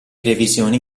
revisioni